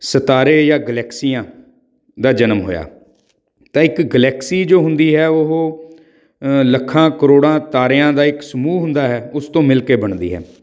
ਸਿਤਾਰੇ ਜਾਂ ਗਲੈਕਸੀਆਂ ਦਾ ਜਨਮ ਹੋਇਆ ਤਾਂ ਇੱਕ ਗਲੈਕਸੀ ਜੋ ਹੁੰਦੀ ਹੈ ਉਹ ਲੱਖਾਂ ਕਰੋੜਾਂ ਤਾਰਿਆਂ ਦਾ ਇੱਕ ਸਮੂਹ ਹੁੰਦਾ ਹੈ ਉਸ ਤੋਂ ਮਿਲ ਕੇ ਬਣਦੀ ਹੈ